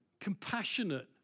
compassionate